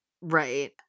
Right